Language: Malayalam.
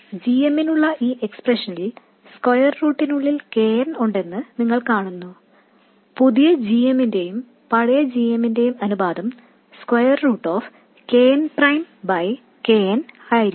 gm നുള്ള ഈ എക്സ്പ്രഷനിൽ സ്ക്വയർ റൂട്ടിനുള്ളിൽ K n ഉണ്ടെന്ന് നിങ്ങൾ കാണുന്നു പുതിയ gm ന്റെയും പഴയ gm ന്റെയും അനുപാതം √ K n prime K n ആയിരിക്കും